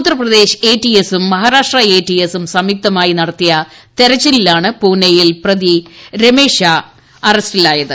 Uttar Pradesh ATS ഉം Maharashtra A T എസ്സും സംയുക്തമായി നടത്തിയ തിരിച്ചിലിലാണ് പൂനൈയിൽ വച്ച് പ്രതി രമേഷ് ഷാ അറസ്റ്റിലായത്